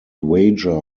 wager